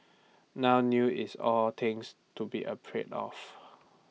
now news is all things to be afraid of